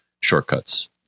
shortcuts